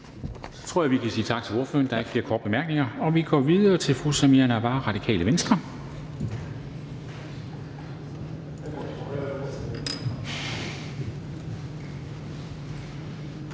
Så tror jeg, at vi kan sige tak til ordføreren. Der er ikke flere korte bemærkninger. Og vi går videre til fru Samira Nawa, Radikale Venstre.